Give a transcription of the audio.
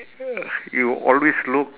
uh you'll always look